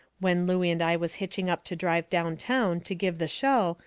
when looey and i was hitching up to drive down town to give the show,